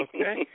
Okay